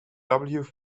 fernandez